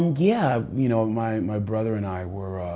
yeah. you know my my brother and i were,